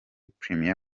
premier